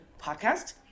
podcast